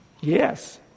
Yes